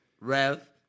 Rev